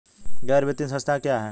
गैर वित्तीय संस्था क्या है?